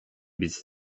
биз